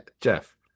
Jeff